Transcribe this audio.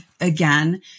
again